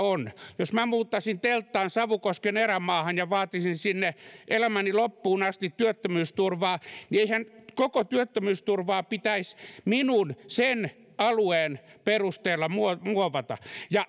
jos minä muuttaisin telttaan savukosken erämaahan ja vaatisin sinne elämäni loppuun asti työttömyysturvaa niin eihän koko työttömyysturvaa pitäisi minun sen alueen perusteella muovata muovata